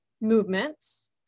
movements